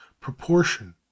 proportion